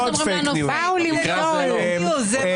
בואו נדבר בתקופת החגים שבהם